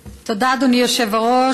תודה, אדוני היושב-ראש.